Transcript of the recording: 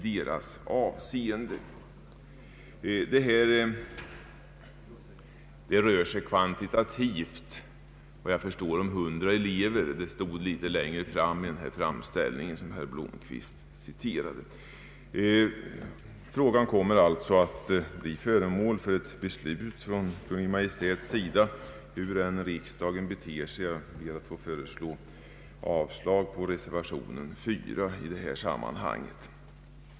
Det rör sig här, såvitt jag förstår, om hundra elever — det står litet längre fram i den framställning som herr Blomquist citerade. Frågan kommer alltså att bli föremål för ett beslut från Kungl. Maj:ts sida hur än riksdagen beter sig. Jag yrkar därför avslag på reservation 4 i detta sammanhang.